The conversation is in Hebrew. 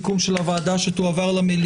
זו הודעת הסיכום של הוועדה שתועבר למליאה.